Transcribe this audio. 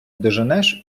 доженеш